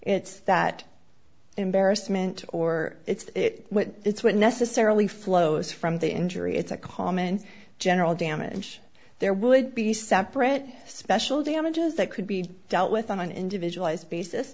it's that embarrassment or it's it it's what necessarily flows from the injury it's a common general damage there would be separate special damages that could be dealt with on an individualized basis